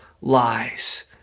lies